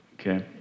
okay